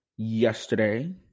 Yesterday